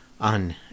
on